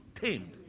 tamed